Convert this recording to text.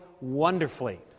wonderfully